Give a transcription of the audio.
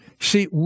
See